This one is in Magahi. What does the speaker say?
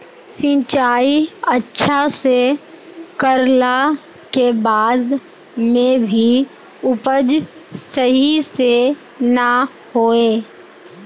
सिंचाई अच्छा से कर ला के बाद में भी उपज सही से ना होय?